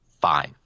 five